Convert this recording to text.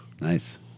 Nice